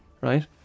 right